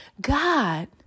God